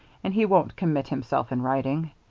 and he won't commit himself in writing.